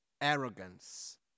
arrogance